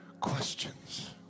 questions